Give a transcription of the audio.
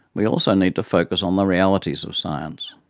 we also need to focus on the realities of science.